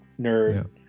nerd